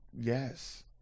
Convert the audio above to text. Yes